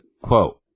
quote